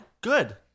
Good